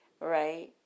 Right